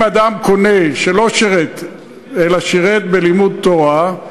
אם אדם קונה, שלא שירת אלא שירת בלימוד תורה,